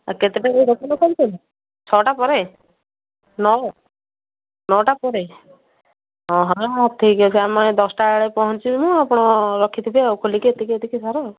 ଆଉ କେତେଟାରୁ ଦୋକାନ ଖୋଲୁଛ ଛଅଟା ପରେ ନଅଟା ନଅଟା ପରେ ଓହୋ ହଉ ଠିକ୍ ଅଛି ଆମେ ଦଶଟା ବେଳେ ପହଁଞ୍ଚିବୁ ଆପଣ ରଖିଥିବେ ଆଉ ଖୋଲିକି ଏତିକି ଏତିକି ଘରେ ଆଉ